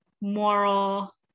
moral